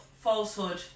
falsehood